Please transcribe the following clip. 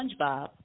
SpongeBob